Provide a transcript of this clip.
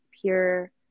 pure